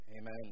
Amen